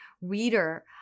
reader